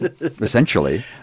essentially